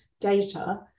data